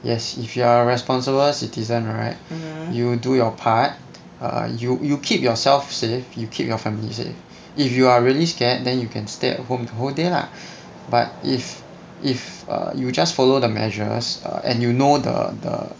yes if you are responsible citizen right you do your part err you you keep yourself safe you keep your families safe if you are really scared then you can stay at home the whole day lah but if if err you just follow the measures err and you know the the